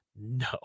No